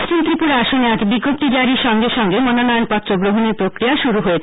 পশ্চিম ত্রিপুরা আসনে আজ বিজ্ঞপ্তি জারির সঙ্গে সঙ্গে মনোনয়নপত্র গ্রহনের প্রক্রিয়া শুরু হয়েছে